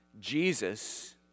Jesus